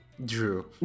drew